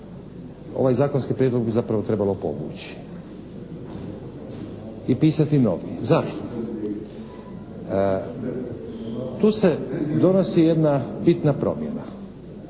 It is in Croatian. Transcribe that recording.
Ovaj zakonski prijedlog bi zapravo trebalo povući i pisati novi. Zašto? Tu se donosi jedna bitna promjena.